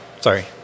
sorry